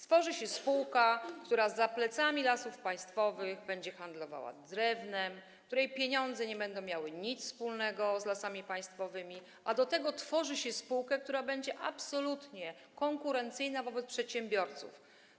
Tworzy się spółkę, która za plecami Lasów Państwowych będzie handlowała drewnem, której pieniądze nie będą miały nic wspólnego z Lasami Państwowymi, a do tego tworzy się spółkę, która będzie absolutnie konkurencyjna wobec przedsiębiorców.